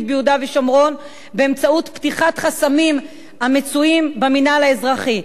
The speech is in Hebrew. ביהודה ושומרון באמצעות פתיחת חסמים המצויים במינהל האזרחי.